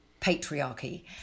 patriarchy